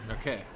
Okay